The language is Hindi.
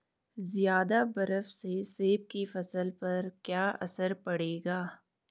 ज़्यादा बर्फ से सेब की फसल पर क्या असर पड़ेगा?